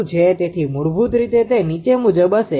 તેથી મૂળભૂત રીતે તે નીચે મુજબ હશે